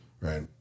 Right